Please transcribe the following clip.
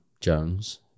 Jones